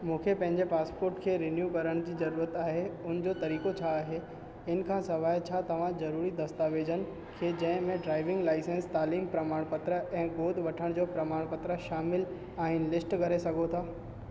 मूंखे पंहिंजे पासपोर्ट खे रिन्यू करण जी ज़रूरत आहे उन जो तरीक़ो छा आहे हिन खां सवाइ छा तव्हां ज़रूरी दस्तावेजनि खे जंहिं में ड्राइविंग लाइसेंस तालीम प्रमाण पत्र ऐं गोद वठण जो प्रमाणपत्र शामिलु आहिनि लिस्ट करे सघो था